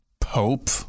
Pope